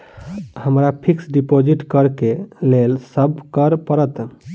हमरा fix deposit करऽ केँ लेल की सब करऽ पड़त?